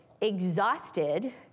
exhausted